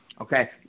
okay